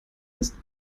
ist